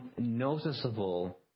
noticeable